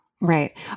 Right